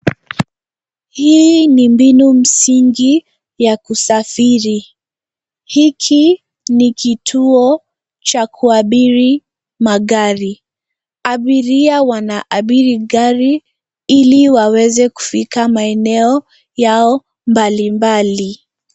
Hii ni mbinu msingi ya kusafiri. Hiki ni kituo cha kuabiri magari. Abiria wanaabiri gari ili waweze kufika maeneo yao mbalimbali.